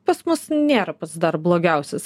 pas mus nėra pats dar blogiausias